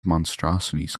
monstrosities